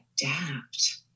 Adapt